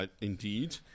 Indeed